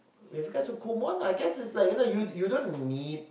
when it comes to Kumon I guess is like you don't need